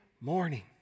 morning